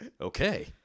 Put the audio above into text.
Okay